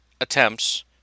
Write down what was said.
attempts